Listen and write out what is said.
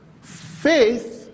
faith